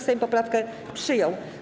Sejm poprawkę przyjął.